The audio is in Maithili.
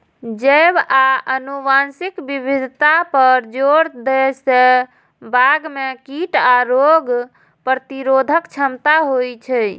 जैव आ आनुवंशिक विविधता पर जोर दै सं बाग मे कीट आ रोग प्रतिरोधक क्षमता होइ छै